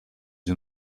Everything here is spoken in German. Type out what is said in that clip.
sie